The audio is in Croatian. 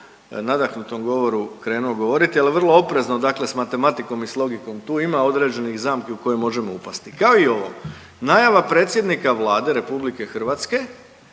nadahnutom govoru krenuo govoriti, ali vrlo oprezno dakle s matematikom i s logikom, tu imamo određenih zamki u koje možemo upasti. Kao i ovo, najava predsjednika Vlade RH da će